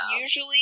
usually